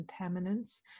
contaminants